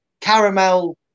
Caramel